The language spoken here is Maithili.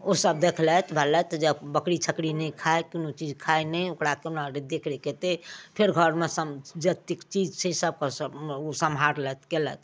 ओ सब देखलथि रहलथि जे बकरी छ्करी नहि खाइ कोनो चीज खाइ नहि ओकरा कोना देख रेख हेतै फेर घरमे जतेक चीज छै सब उ सम्हारलथि कयलथि